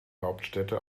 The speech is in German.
hauptstädte